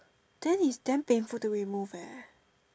then is damn painful to remove eh